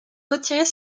retirer